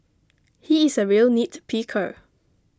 he is a real nitpicker